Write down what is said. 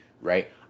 right